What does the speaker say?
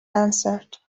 answered